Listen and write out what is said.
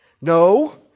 No